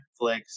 Netflix